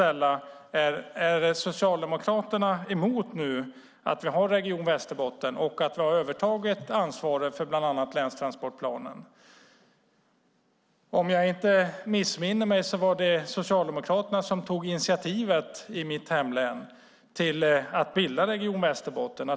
Är Socialdemokraterna numera emot att vi har Region Västerbotten och att vi har tagit över ansvaret för bland annat länstransportplanen? Om jag inte missminner mig var det Socialdemokraterna som tog initiativet i mitt hemlän till att bilda Region Västerbotten.